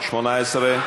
18?